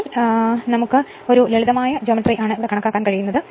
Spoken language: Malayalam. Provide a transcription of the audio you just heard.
അതിനാൽ കോൾ ലളിതമായ ജ്യാമിതിയാണ് ഇത് എല്ലാം നിർമ്മിക്കാൻ കഴിയും